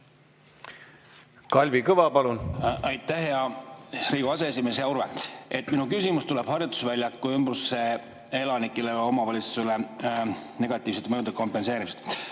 Kalvi Kõva, palun! Aitäh, hea Riigikogu aseesimees! Hea Urve! Minu küsimus tuleb harjutusväljaku ümbruse elanikele ja omavalitsustele negatiivsete mõjude kompenseerimisest.